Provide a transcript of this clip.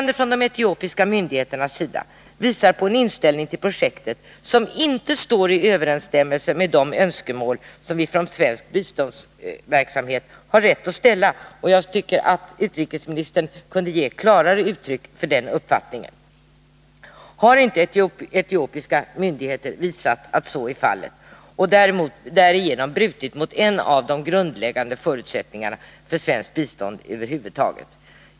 De etiopiska myndigheternas agerande vittnar om en inställning till projektet som inte står i överensstämmelse med de krav som de för svensk biståndsverksamhet ansvariga har rätt att ställa. Jag tycker att utrikesministern kunde ge klarare uttryck för den uppfattningen. Har inte etiopiska myndigheter visat att de inte uppfyller våra krav och att de har brutit mot en av de grundläggande förutsättningarna för svenskt bistånd över huvud taget?